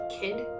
Kid